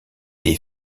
des